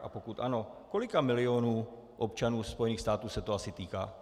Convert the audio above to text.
A pokud ano, kolika milionů občanů Spojených států se to asi týká?